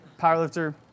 powerlifter